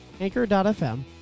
Anchor.fm